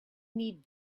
need